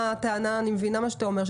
אני מבינה מה שאתה אומר,